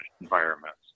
environments